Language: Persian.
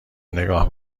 نگاه